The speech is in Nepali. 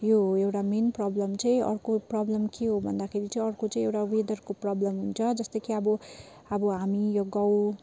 यो हो एउटा मेन प्रब्लम अर्को प्रब्लम के हो भन्दाखेरि अर्को चाहिँ एउटा वेदरको प्रब्लम हुन्छ जस्तै कि अब अब हामी गाउँ